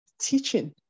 teaching